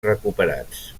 recuperats